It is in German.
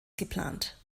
geplant